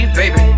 baby